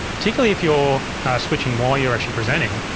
particularly if you're switching while you're actually presenting.